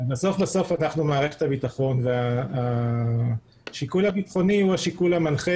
אבל בסוף בסוף אנחנו מערכת הביטחון והשיקול הביטחוני הוא השיקול המנחה